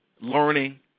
learning